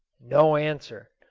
no answer.